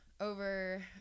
Over